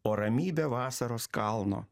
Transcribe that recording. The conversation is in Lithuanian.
o ramybė vasaros kalno